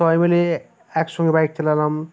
সবাই মিলে একসঙ্গে বাইক চালালাম